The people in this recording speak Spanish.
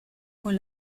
con